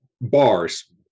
bars